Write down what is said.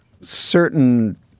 Certain